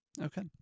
Okay